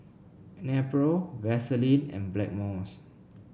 Nepro Vaselin and Blackmores